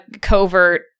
covert